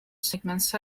segments